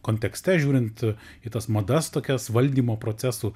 kontekste žiūrint į tas madas tokias valdymo procesų